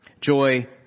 Joy